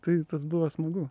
tai tas buvo smagu